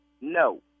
No